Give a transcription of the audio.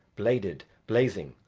bladed, blazing,